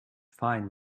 fine